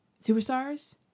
superstars